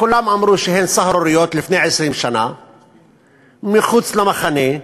שלפני 20 שנה כולם אמרו שהן סהרוריות, מחוץ למחנה,